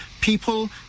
People